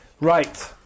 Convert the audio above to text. Right